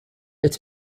its